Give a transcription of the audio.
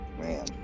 Man